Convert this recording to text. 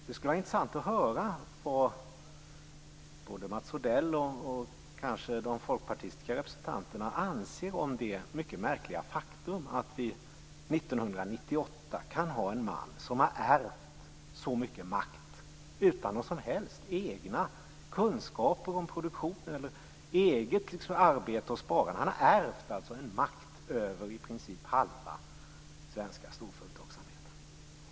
Det skulle vara intressant att höra vad både Mats Odell och de folkpartistiska representanterna anser om det mycket märkliga faktum att vi 1998 kan ha en man som har ärvt så mycket makt utan några som helst egna kunskaper om produktionen, utan eget arbete och sparande. Han har ärvt makten i princip över halva svenska storföretagsamheten.